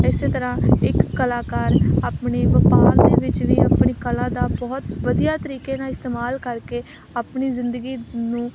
ਇਸੇ ਤਰ੍ਹਾਂ ਇੱਕ ਕਲਾਕਾਰ ਆਪਣੀ ਵਪਾਰ ਦੇ ਵਿੱਚ ਵੀ ਆਪਣੀ ਕਲਾ ਦਾ ਬਹੁਤ ਵਧੀਆ ਤਰੀਕੇ ਨਾਲ ਇਸਤੇਮਾਲ ਕਰਕੇ ਆਪਣੀ ਜ਼ਿੰਦਗੀ ਨੂੰ